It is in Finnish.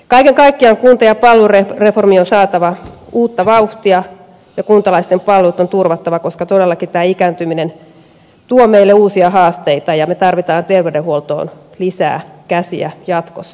kaiken kaikkiaan kunta ja palvelureformiin on saatava uutta vauhtia ja kuntalaisten palvelut on turvattava koska todellakin tämä ikääntyminen tuo meille uusia haasteita ja me tarvitsemme terveydenhuoltoon lisää käsiä jatkossa